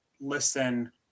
listen